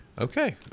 Okay